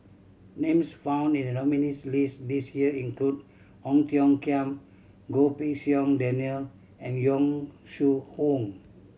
names found in the nominees' list this year include Ong Tiong Khiam Goh Pei Siong Daniel and Yong Shu Hoong